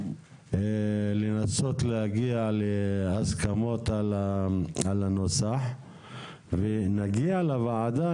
לנסות להגיע להסכמות על הנוסח ונגיע לוועדה